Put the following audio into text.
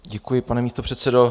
Děkuji, pane místopředsedo.